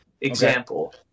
example